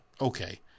okay